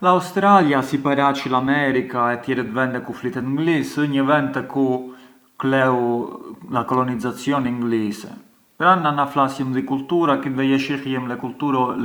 L’Australia, si paraç l’America, e gjithë tjerë vende te ku flitet nglis, ë një vend te ku kleu na colonizzazioni nglise pran na na flasjëm di cultura, kit vej e shihjëm le